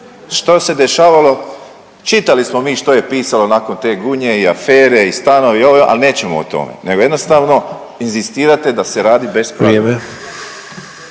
Što se dešavalo, čitali smo mi što je pisalo nakon te Gunje i afere i stanovi i ovo, ono, ali nećemo o tome, nego jednostavno inzistirate da se radi bez pravila.